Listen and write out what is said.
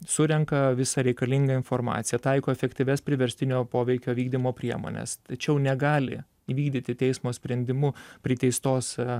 surenka visą reikalingą informaciją taiko efektyvias priverstinio poveikio vykdymo priemones tačiau negali įvykdyti teismo sprendimu priteistos